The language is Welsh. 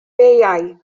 beiau